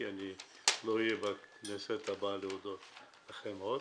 כי אני לא אהיה בכנסת הבאה להודות לכם עוד,